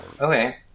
Okay